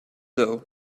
doe